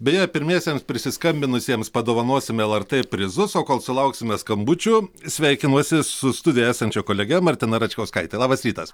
beje pirmiesiems prisiskambinusiems padovanosim lrt prizus o kol sulauksime skambučių sveikinuosi su studijoje esančia kolege martina račkauskaite labas rytas